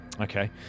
Okay